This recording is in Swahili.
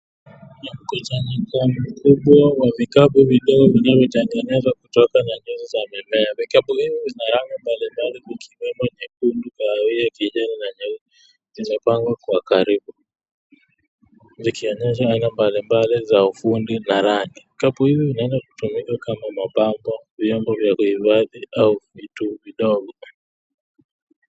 Ni mkusanyiko mkubwa wa vikapu vidogo vinavyotengenezwa kutoka nyuzi za mimea. Vikapu hivyo vina rangi mbalimbali vikijumuisha nyekundu, kahawia, kijani na nyeupe. Zimepangwa kwa karibu zikionyesha aina mbalimbali za ufundi na rangi. Vikapu hivyo vinaweza kutumika kama mapambo, vyombo vya kuhifadhi au vitu vidogo.